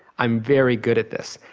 i'm very good at this,